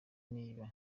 niba